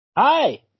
Hi